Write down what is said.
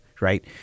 right